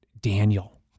Daniel